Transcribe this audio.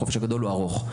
החופש הגדול הוא ארוך.